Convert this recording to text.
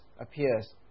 appears